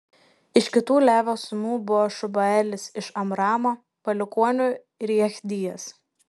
iš kitų levio sūnų buvo šubaelis iš amramo palikuonių ir jechdijas